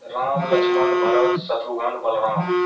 Ram Lakshman Bharat Shatrughna Balram